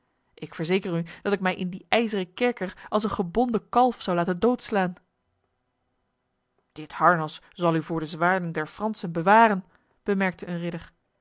ik verzeker u dat ik mij in die ijzeren kerker als een gebonden kalf zou laten doodslaan dit harnas zal u voor de zwaarden der fransen bewaren bemerkte een ridder